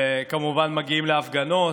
וכמובן מגיעים להפגנות.